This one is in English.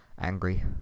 angry